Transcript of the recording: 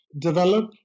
develop